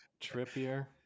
Trippier